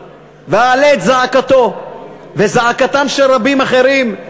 ואעלה את זעקתו ואת זעקתם של רבים אחרים.